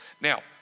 Now